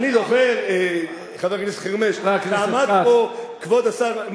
אני זוכר, חבר הכנסת חרמש, כשעמד פה כבוד השר,